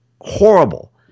horrible